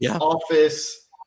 office